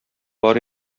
бар